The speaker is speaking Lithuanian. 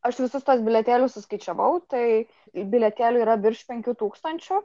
aš visus tuos bilietėlius suskaičiavau tai bilietėlių yra virš penkių tūkstančių